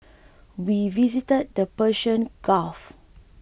we visited the Persian Gulf